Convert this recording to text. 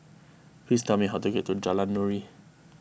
please tell me how to get to Jalan Nuri